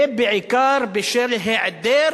ובעיקר בשל היעדר